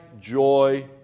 joy